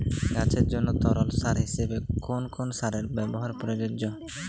গাছের জন্য তরল সার হিসেবে কোন কোন সারের ব্যাবহার প্রযোজ্য?